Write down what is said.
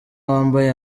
wambaye